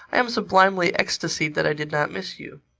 i am sublimely ecstasied that i did not miss you.